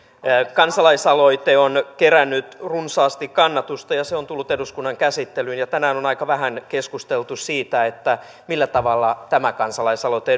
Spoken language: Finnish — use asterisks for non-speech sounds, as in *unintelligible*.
kansalaisaloite on kerännyt runsaasti kannatusta se on tullut eduskunnan käsittelyyn ja tänään on aika vähän keskusteltu siitä millä tavalla tämä kansalaisaloite *unintelligible*